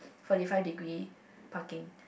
forty five degree parking